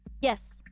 Yes